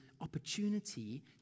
opportunity